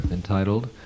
entitled